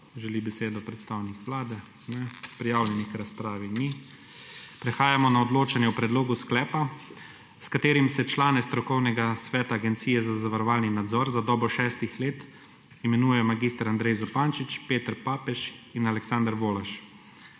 Želi besedo predstavnik Vlade? (Ne.) Prijavljenih k razpravi ni. Prehajamo na odločanje o predlogu sklepa, s katerim se člane strokovnega sveta Agencije za zavarovanje in nadzor za dobo šestih let imenuje mag. Andrej Zupančič, Peter Papež in Aleksander Volaš.